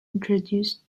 introduced